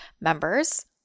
members